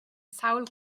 sawl